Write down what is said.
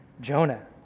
Jonah